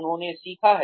उन्होंने सीखा है